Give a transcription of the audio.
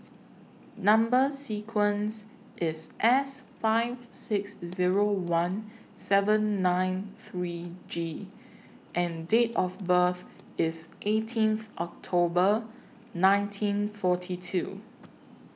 Number sequence IS S five six Zero one seven nine three G and Date of birth IS eighteenth October nineteen forty two